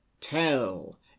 Tell